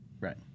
right